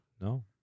No